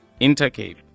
Intercape